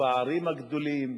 לפערים הגדולים,